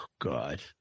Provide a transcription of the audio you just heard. God